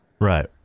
Right